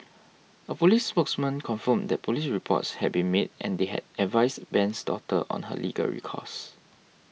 a police spokesman confirmed that police reports had been made and they had advised Ben's daughter on her legal recourse